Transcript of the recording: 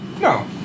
No